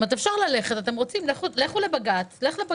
אם אתם תרצו, לכו לבג"ץ,